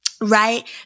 right